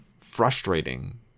frustrating